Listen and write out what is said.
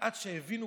עשרות בשנים,